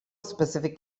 specific